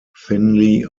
thinly